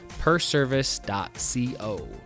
perservice.co